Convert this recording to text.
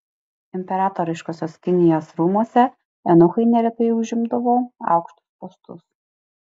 imperatoriškosios kinijos rūmuose eunuchai neretai užimdavo aukštus postus